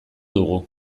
dugu